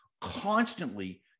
constantly